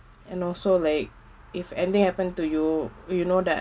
and also like if anything happen to you you know that